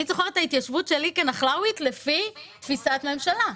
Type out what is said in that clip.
אני זוכרת את ההתיישבות שלי כנח"לאית לפי תפיסת ממשלה.